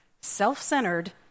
self-centered